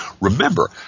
Remember